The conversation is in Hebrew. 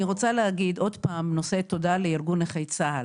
אני רוצה להגיד עוד פעם תודה לארגון נכי צה"ל.